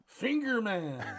Fingerman